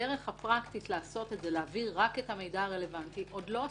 את הדרך להעביר רק את המידע הרלוונטי עוד לא עשינו,